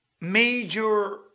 major